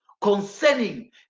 concerning